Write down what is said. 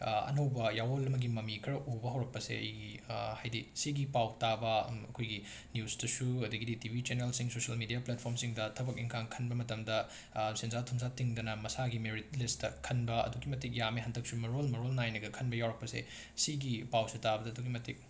ꯑꯅꯧꯕ ꯌꯥꯋꯣꯜ ꯑꯃꯒꯤ ꯃꯃꯤ ꯈꯔ ꯎꯕ ꯍꯧꯔꯛꯄꯁꯦ ꯑꯩ ꯍꯥꯏꯗꯤ ꯁꯤꯒꯤ ꯄꯥꯎ ꯇꯥꯕ ꯑꯩꯈꯣꯏꯒꯤ ꯅ꯭ꯌꯨꯁꯇꯨꯁꯨ ꯑꯗꯒꯤꯗꯤ ꯇꯤꯕꯤ ꯆꯦꯅꯦꯜꯁꯤꯡꯁꯤꯁꯨ ꯃꯦꯗꯤꯌꯥ ꯄ꯭ꯂꯦꯠꯐꯣꯔꯝꯁꯤꯡꯗ ꯊꯕꯛ ꯏꯟꯈꯥꯡ ꯈꯟꯕ ꯃꯇꯝꯗ ꯁꯦꯟꯖꯥ ꯊꯨꯝꯖꯥ ꯇꯤꯡꯗꯅ ꯃꯁꯥꯒꯤ ꯃꯦꯔꯤꯠ ꯂꯤꯁꯇ ꯈꯟꯕ ꯑꯗꯨꯛꯀꯤ ꯃꯇꯤꯛ ꯌꯥꯝꯃꯦ ꯍꯟꯇꯛꯁꯨ ꯃꯔꯣꯜ ꯃꯔꯣꯜ ꯅꯥꯏꯅꯒ ꯈꯟꯕ ꯌꯥꯎꯔꯛꯄꯁꯦ ꯁꯤꯒꯤ ꯄꯥꯎꯁꯦ ꯇꯥꯕꯗ ꯑꯗꯨꯛꯀꯤ ꯃꯇꯤꯛ